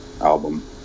album